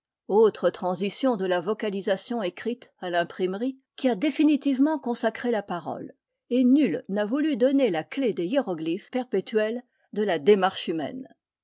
autre transition de la vocalisa tion écrite à rimprimerie qui a définitivement consacré la parole et nul n'a voulu donner la clef des hiéroglyphes perpétuels de la démarche humaine